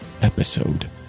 episode